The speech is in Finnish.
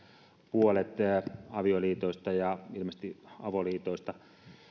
puolet avioliitoista ja ilmeisesti avoliitoistakin